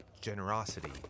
generosity